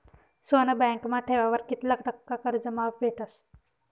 सोनं बँकमा ठेवावर कित्ला टक्का कर्ज माफ भेटस?